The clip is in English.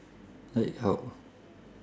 like how